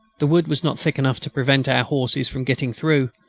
the wood was not thick enough to prevent our horses from getting through,